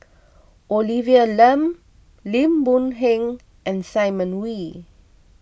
Olivia Lum Lim Boon Heng and Simon Wee